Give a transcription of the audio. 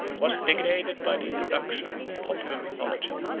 was degraded by the introduction of a popular mythology,